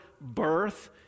birth